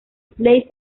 place